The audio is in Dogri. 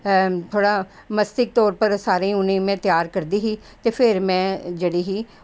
ते सारा में उ'नेंगी मस्तिष्क तौर उप्पर त्यार करदी ही ते में जेह्ड़ी ही